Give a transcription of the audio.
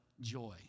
joy